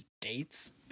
dates